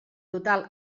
total